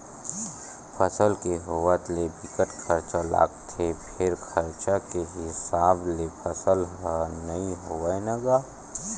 फसल के होवत ले बिकट खरचा लागथे फेर खरचा के हिसाब ले फसल ह नइ होवय न गा